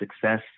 success